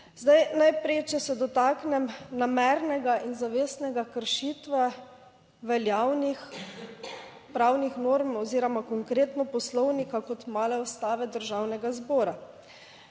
Zdaj, najprej, če se dotaknem namernega in zavestnega kršitve veljavnih pravnih norm oziroma konkretno Poslovnika kot male Ustave Državnega zbora.